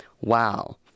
wow